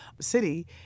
city